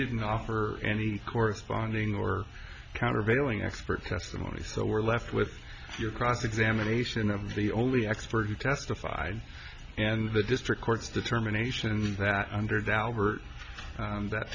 didn't offer any corresponding or countervailing expert testimony so we're left with your cross examination of the only expert who testified and the district court's determination that under d'albert